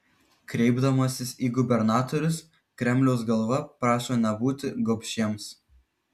kreipdamasis į gubernatorius kremliaus galva prašo nebūti gobšiems